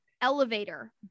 elevator